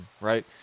right